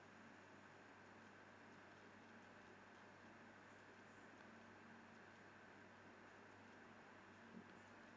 mm